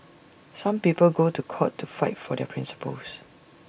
some people go to court to fight for their principles